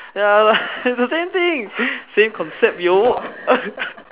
ya lah is the same thing same concept yo